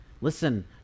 listen